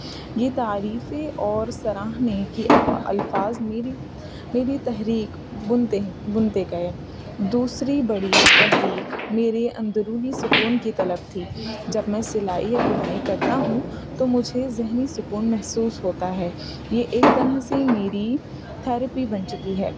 یہ تعریفیں اور سراہنے کی الفاظ میری میری تحریک بنتے بنتے گئے دوسری بڑی تحریک میرے اندرونی سکون کی طلب تھی جب میں سلائی یا بنائی کرتا ہوں تو مجھے ذہنی سکون محسوس ہوتا ہے یہ ایک طرح سے میری تھیرپی بن چکی ہے